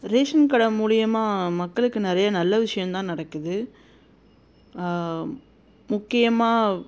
ration கடை மூலிமா மக்களுக்கு நிறையா நல்ல விஷயம் தான் நடக்குது முக்கியமாக